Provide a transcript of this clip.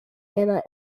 anna